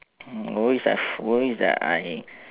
I'm always worry worry that I